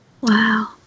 Wow